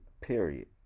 Period